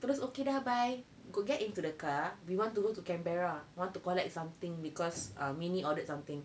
terus okay lah bye go get into the car we want to go to canberra want to collect something because minnie ordered something